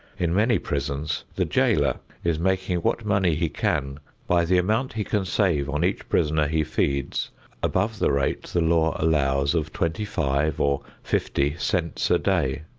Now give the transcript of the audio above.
in many prisons the jailer is making what money he can by the amount he can save on each prisoner he feeds above the rate the law allows of twenty-five or fifty cents a day.